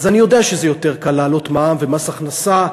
אז אני יודע שיותר קל להעלות מע"מ ומס הכנסה,